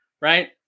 right